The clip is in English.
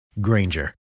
Granger